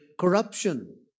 corruption